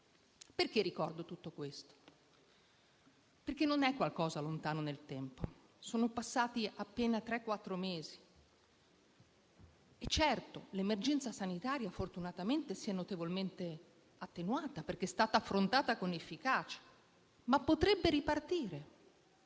Perché ricordo tutto questo? Perché non è qualcosa lontano nel tempo: sono passati appena tre o quattro mesi. Certo, l'emergenza sanitaria fortunatamente si è notevolmente attenuata, perché è stata affrontata con efficacia, ma potrebbe ripartire.